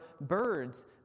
birds